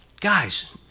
Guys